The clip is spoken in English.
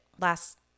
last